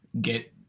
get